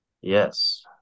Yes